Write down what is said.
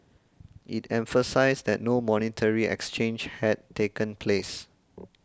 it emphasised that no monetary exchange had taken place